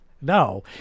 No